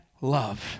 love